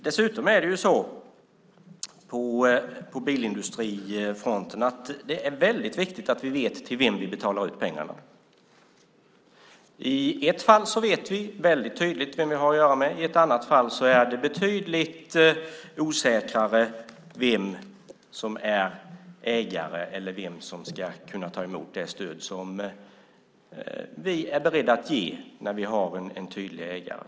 Dessutom är det så på bilindustrifronten att det är väldigt viktigt att vi vet till vem vi betalar ut pengarna. I ett fall vet vi väldigt tydligt vem vi har att göra med. I ett annat fall är det betydligt osäkrare vem som är ägare eller vem som ska kunna ta emot det stöd som vi är beredda att ge när vi har en tydlig ägare.